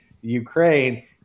ukraine